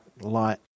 light